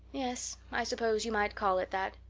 yes, i suppose you might call it that.